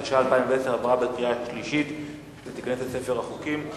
התש"ע 2010 עברה בקריאה שלישית ותיכנס לספר החוקים.